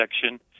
section